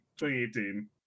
2018